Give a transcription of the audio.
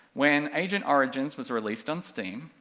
when agent origins was released on steam,